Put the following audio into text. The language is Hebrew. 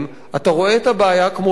אתה רואה את הבעיה כמו שהיא,